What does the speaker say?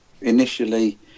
initially